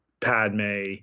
Padme